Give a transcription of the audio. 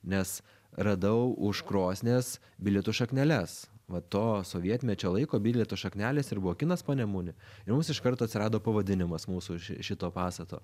nes radau už krosnies bilietų šakneles va to sovietmečio laiko bilietų šaknelės ir buvo kinas panemunė ir mums iš karto atsirado pavadinimas mūsų ši šito pastato